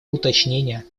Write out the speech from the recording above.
уточнения